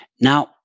Now